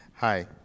Hi